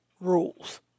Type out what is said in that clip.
rules